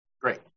Great